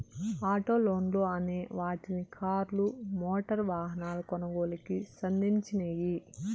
auto లోన్లు అనే వాటిని కార్లు, మోటారు వాహనాల కొనుగోలుకి సంధించినియ్యి